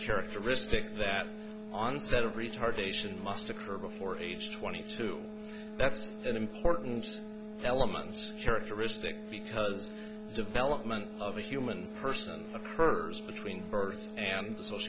characteristic that onset of retardation must occur before age twenty two that's an important elements characteristic because development of a human person occurs between birth and